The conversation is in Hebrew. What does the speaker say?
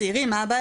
צעירים, מה הבעיה?